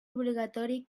obligatori